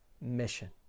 mission